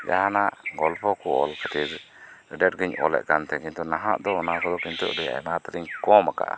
ᱡᱟᱦᱟᱱᱟᱜ ᱜᱚᱞᱯᱚ ᱠᱚ ᱚᱞ ᱠᱷᱟᱹᱤᱨ ᱟᱹᱰᱤ ᱟᱴ ᱜᱮᱧ ᱚᱞᱮᱫ ᱠᱟᱱ ᱛᱟᱦᱮᱜ ᱠᱤᱱᱛᱩ ᱱᱟᱦᱟᱜ ᱫᱚ ᱚᱱᱟ ᱠᱚᱫᱚ ᱠᱤᱱᱛᱩ ᱟᱹᱰᱤ ᱟᱭᱢᱟ ᱩᱛᱟᱹᱦᱨᱤᱧ ᱠᱚᱢ ᱟᱠᱟᱜᱼᱟ